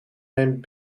mijn